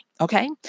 Okay